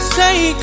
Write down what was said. say